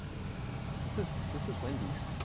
this is. this is wendy's.